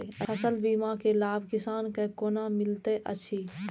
फसल बीमा के लाभ किसान के कोना मिलेत अछि?